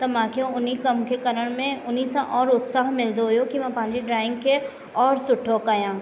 त मांखे हुन कम खे करण में हुन सां और उत्साह मिलंदो हुओ कि मां पंहिंजी ड्राइंग खे और सुठो कयां